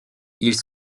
ils